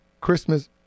Christmas